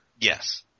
Yes